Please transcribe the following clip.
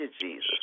Jesus